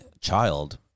child